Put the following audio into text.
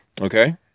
Okay